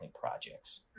projects